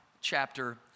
chapter